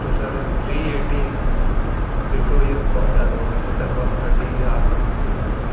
تو sir three eighty پھر تو یہ بہت زیادہ ہو گئے نا سر ون تھرٹی آپ صرف